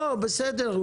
בסדר,